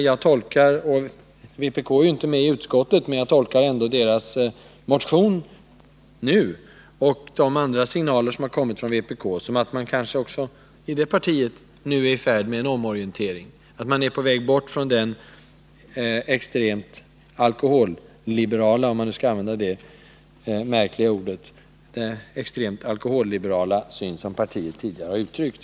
Vpk är ju inte med i utskottet, men jag tolkar ändå vpk:s motion nu och andra signaler från vpk så att man är i färd med en omorientering, att man är på väg bort från den extremt alkoholliberala — om man nu skall använda det märkliga ordet — syn som partiet tidigare har givit uttryck för.